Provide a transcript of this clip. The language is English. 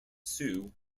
sue